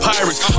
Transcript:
Pirates